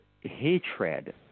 hatred